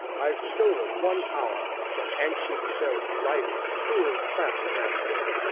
i've stolen one hour from anxious self, life's cruel taskmaster!